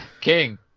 king